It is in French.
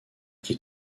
qui